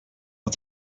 aus